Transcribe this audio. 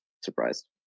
surprised